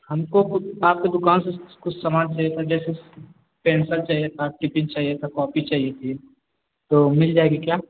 हमको कुछ आपकी दुकान से कुछ समान चाहिए था जैसे पेन्सल चाहिए था टिफिन चाहिए था कॉपी चाहिए थी तो मिल जाएगी क्या